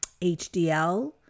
HDL